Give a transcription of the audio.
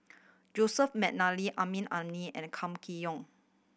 Joseph McNally Amrin Amin and Kam Kee Yong